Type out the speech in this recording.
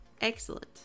Excellent